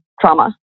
trauma